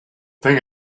thing